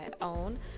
own